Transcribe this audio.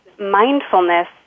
Mindfulness